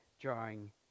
drawing